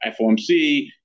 FOMC